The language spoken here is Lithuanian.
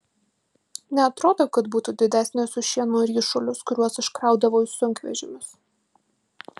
neatrodo kad būtų didesnis už šieno ryšulius kuriuos aš kraudavau į sunkvežimius